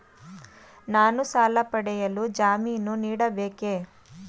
ನಾನು ಸಾಲ ಪಡೆಯಲು ಜಾಮೀನು ನೀಡಬೇಕೇ?